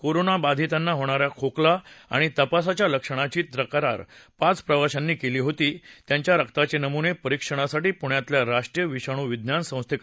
corona बाधितांना होणा या खोकला आणि तापासाच्या लक्षणांची तक्रार पाच प्रवाशांनी केली होती त्यांच्या रक्ताचे नमूने परिक्षणासाठी पुण्यातल्या राष्ट्रीय विषाणू विज्ञान संस्थेकडे पाठवले होते